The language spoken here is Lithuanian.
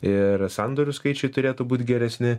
ir sandorių skaičiai turėtų būt geresni